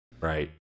Right